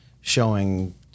showing